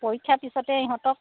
পৰীক্ষা পিছতে ইহঁতক